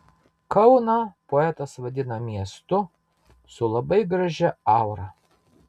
kauną poetas vadina miestu su labai gražia aura